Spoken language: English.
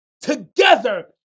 together